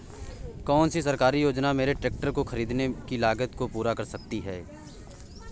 कौन सी सरकारी योजना मेरे ट्रैक्टर को ख़रीदने की लागत को पूरा कर सकती है?